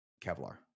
Kevlar